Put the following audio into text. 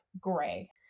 gray